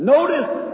Notice